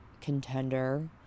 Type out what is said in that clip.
contender